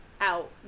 out